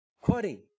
quoting